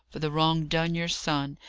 for the wrong done your son?